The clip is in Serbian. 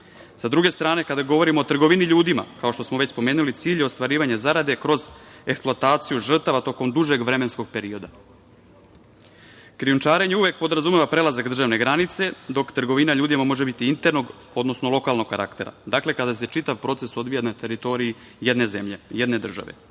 Sa druge strane, kada govorimo o trgovini ljudima, kao što smo već spomenuli, cilj je ostvarivanje zarade kroz eksploataciju žrtava tokom dužeg vremenskog perioda. Krijumčarenje uvek podrazumeva prelazak državne granice, dok trgovina ljudima može biti internog, odnosno lokalnog karaktera, dakle, kada se čitav proces odvija na teritoriji jedne zemlje, jedne države. Što